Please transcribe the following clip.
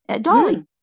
Dolly